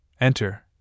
enter